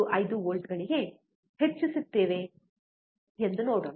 5 ವೋಲ್ಟ್ಗಳಿಗೆ ಹೆಚ್ಚಿಸುತ್ತೇವೆಯೇ ಎಂದು ನೋಡೋಣ